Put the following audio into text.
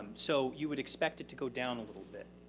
so you would expect it to go down a little bit.